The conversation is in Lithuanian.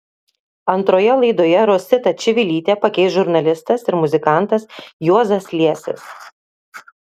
antroje laidoje rositą čivilytę pakeis žurnalistas ir muzikantas juozas liesis